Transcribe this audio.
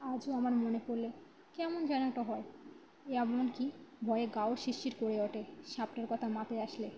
আজও আমার মনে পড়লে কেমন জানো একটা হয় এমনকি ভয়ে গাও শিরশির করে ওঠে সাপটার কথা মাথায় আসলে